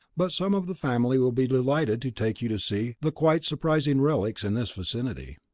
but some of the family will be delighted to take you to see the quite surprising relics in this vicinity.